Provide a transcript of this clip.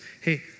Hey